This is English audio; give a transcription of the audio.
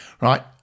Right